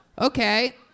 Okay